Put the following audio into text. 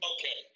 Okay